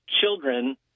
children